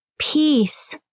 Peace